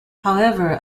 however